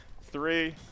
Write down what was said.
three